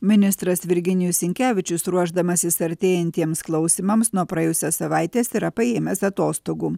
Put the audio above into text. ministras virginijus sinkevičius ruošdamasis artėjantiems klausymams nuo praėjusios savaitės yra paėmęs atostogų